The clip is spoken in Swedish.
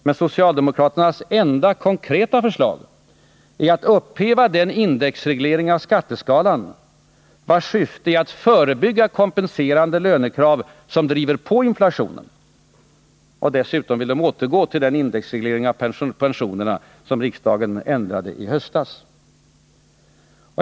Men deras enda konkreta förslag är att upphäva den indexreglering av skatteskalan vars syfte är att förebygga kompenserande lönekrav som driver påinflationen. De vill dessutom återgå till den indexreglering av pensionerna som riksdagen ändrade i höstas.